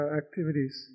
activities